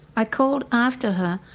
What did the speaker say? i called after her,